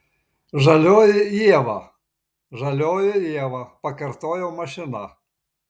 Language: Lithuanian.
žalioji ieva žalioji ieva pakartojo mašina